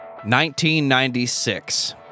1996